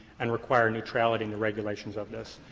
and require neutrality in the regulations of this.